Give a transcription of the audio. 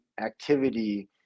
activity